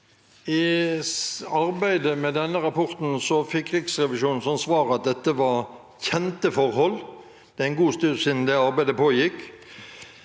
I arbeidet med denne rapporten fikk Riksrevisjonen som svar at dette var kjente forhold. Det er en god stund siden det arbeidet pågikk,